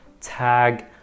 tag